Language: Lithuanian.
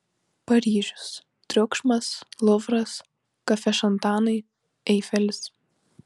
paryžius triukšmas luvras kafešantanai eifelis